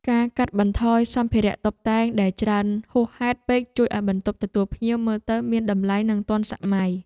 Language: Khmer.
ការកាត់បន្ថយសម្ភារៈតុបតែងដែលច្រើនហួសហេតុពេកជួយឱ្យបន្ទប់ទទួលភ្ញៀវមើលទៅមានតម្លៃនិងទាន់សម័យ។